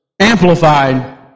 Amplified